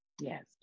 Yes